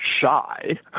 shy